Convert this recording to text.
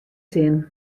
sin